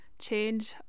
change